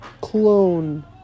clone